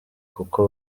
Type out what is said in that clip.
kuko